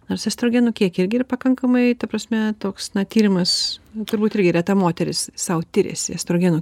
nors estrogenų kiekiai irgi yra pakankamai ta prasme toks na tyrimas turbūt irgi reta moteris sau tiriasi estrogenų